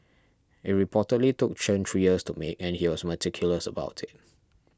it reportedly took Chen three years to make and he was meticulous about it